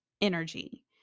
energy